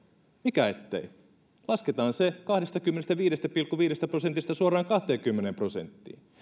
mikä ettei lasketaan se kahdestakymmenestäviidestä pilkku viidestä prosentista suoraan kahteenkymmeneen prosenttiin